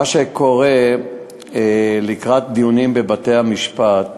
מה שקורה לקראת דיונים בבתי-המשפט,